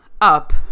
up